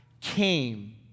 came